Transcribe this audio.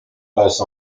passe